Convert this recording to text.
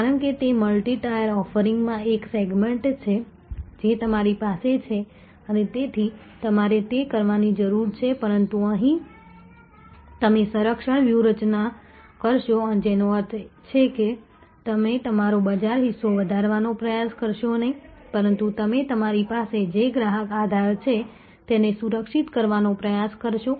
કારણ કે તે મલ્ટી ટાયર ઓફરિંગમાં એક સેગમેન્ટ છે જે તમારી પાસે છે અને તેથી તમારે તે કરવાની જરૂર છે પરંતુ અહીં તમે સંરક્ષણ વ્યૂહરચના કરશો જેનો અર્થ છે કે તમે તમારો બજાર હિસ્સો વધારવાનો પ્રયાસ કરશો નહીં પરંતુ તમે તમારી પાસે જે ગ્રાહક આધાર છે તેને સુરક્ષિત કરવાનો પ્રયાસ કરશો